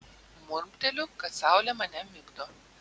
murmteliu kad saulė mane migdo